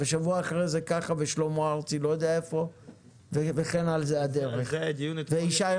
שבוע אחרי כן שלמה ארצי ואחר כך ישי ריבו.